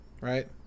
right